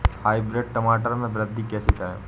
Hybrid टमाटर में वृद्धि कैसे करें?